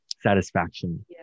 satisfaction